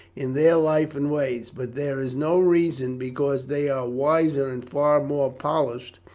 in their life and ways but there is no reason because they are wiser and far more polished,